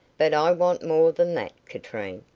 but i want more than that, katrine.